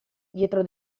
dietro